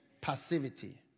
Passivity